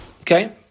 Okay